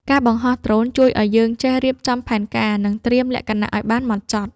ការបង្ហោះដ្រូនជួយឱ្យយើងចេះរៀបចំផែនការ និងការត្រៀមលក្ខណៈឱ្យបានហ្មត់ចត់។